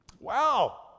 Wow